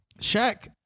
Shaq